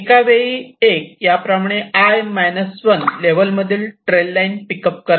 एका वेळी एक याप्रमाणे i 1 लेवल मधील ट्रेल लाईन पिक अप करा